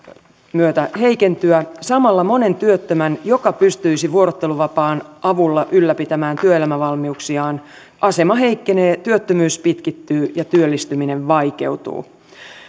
myötä heikentyä samalla monen työttömän joka pystyisi vuorotteluvapaan avulla ylläpitämään työelämävalmiuksiaan asema heikkenee työttömyys pitkittyy ja työllistyminen vaikeutuu